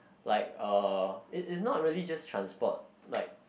like uh its its not really just transport like